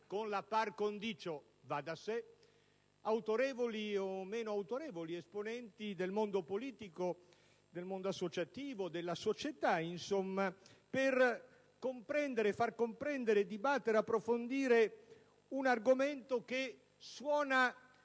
con la *par condicio* va da sé - autorevoli o meno autorevoli esponenti del mondo politico e del mondo associativo della società per comprendere e far comprendere, dibattere ed approfondire un argomento che suona